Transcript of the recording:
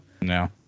No